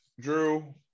Drew